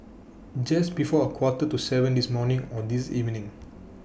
Just before A Quarter to seven This morning Or This evening